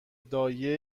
دایه